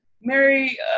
Mary